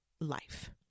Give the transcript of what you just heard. life